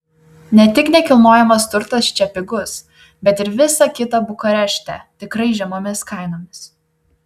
ne tik nekilnojamas turtas čia pigus bet ir visa kita bukarešte tikrai žemomis kainomis